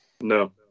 No